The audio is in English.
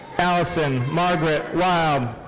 allison margaret wild.